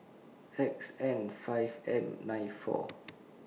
X N five M nine four